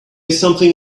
something